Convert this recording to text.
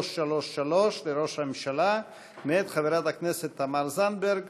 333 לראש הממשלה, מאת חברת הכנסת תמר זנדברג,